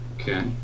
Okay